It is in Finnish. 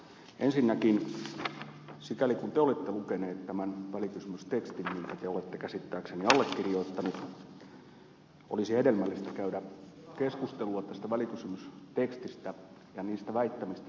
ensinnäkin sikäli kuin te olitte lukenut tämän välikysymystekstin minkä te olette käsittääkseni allekirjoittanut olisi hedelmällistä käydä keskustelua tästä välikysymystekstistä ja niistä väittämistä joita täällä on esitetty